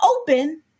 open